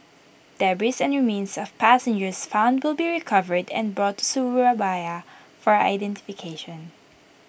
debris and remains of passengers found will be recovered and brought to Surabaya for identification